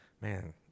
man